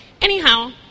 Anyhow